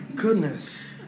Goodness